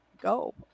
go